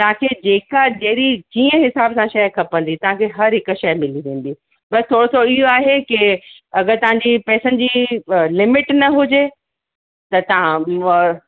तव्हांखे जेका जहिड़ी जीअं हिसाब सां शइ खपंदी तव्हांखे हर हिकु शइ मिली वेंदी बसि थोरो सो इहो आहे की अगरि तव्हांजी पैसनि जी लिमिट न हुजे त तव्हां उहा